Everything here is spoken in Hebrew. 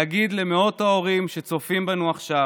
להגיד למאות ההורים שצופים בנו עכשיו,